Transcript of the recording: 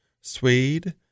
Suede